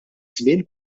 żmien